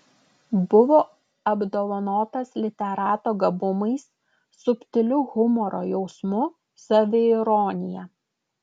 buvo apdovanotas literato gabumais subtiliu humoro jausmu saviironija